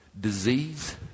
disease